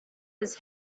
his